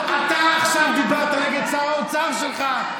אתה עכשיו דיברת נגד שר האוצר שלך,